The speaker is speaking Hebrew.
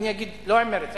לא עם מרץ,